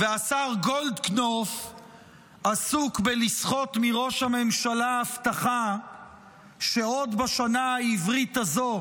והשר גולדקנופ עסוק בלסחוט מראש הממשלה הבטחה שעוד בשנה העברית הזו